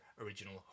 original